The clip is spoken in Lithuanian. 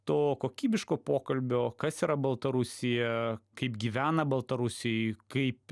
to kokybiško pokalbio kas yra baltarusija kaip gyvena baltarusiai kaip